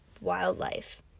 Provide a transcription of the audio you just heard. wildlife